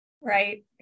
right